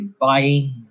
buying